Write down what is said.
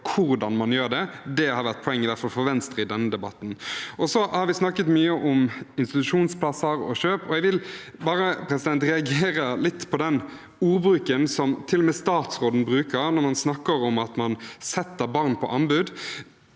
– det har i hvert fall vært poenget for Venstre i denne debatten. Vi har snakket mye om institusjonsplasser og kjøp, og jeg reagerer litt på ordbruken som til og med statsråden bruker når man snakker om at man setter barn på anbud.